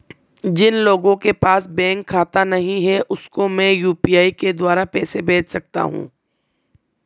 जिन लोगों के पास बैंक खाता नहीं है उसको मैं यू.पी.आई के द्वारा पैसे भेज सकता हूं?